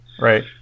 Right